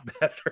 better